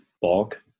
Bulk